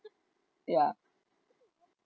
ya